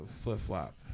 flip-flop